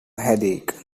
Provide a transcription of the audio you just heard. headache